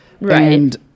Right